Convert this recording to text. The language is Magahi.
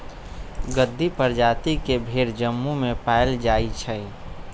गद्दी परजाति के भेड़ जम्मू में पाएल जाई छई